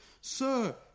Sir